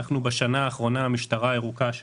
בשנה האחרונה המשטרה הירוקה,